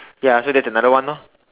ya so that's another one loh